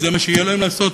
זה מה שיהיה להם לעשות?